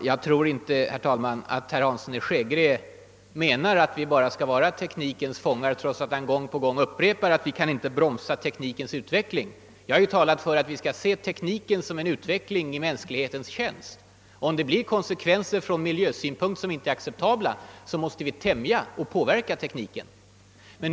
Herr talman! Jag hoppas att herr Hansson i Skegrie inte menar att vi bara skall vara teknikens fångar. Han upprepar gång på gång att vi inte kan bromsa teknikens utveckling. Jag har talat för att vi skall påverka utvecklingen i mänsklighetens tjänst. Om det blir konsekvenser som från miljösynpunkt inte är acceptabla, måste vi tämja och påverka tekniken.